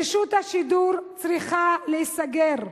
רשות השידור צריכה להיסגר.